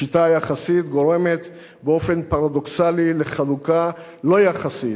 השיטה היחסית גורמת באופן פרדוקסלי לחלוקה לא יחסית,